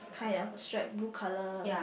kind of stripe blue colour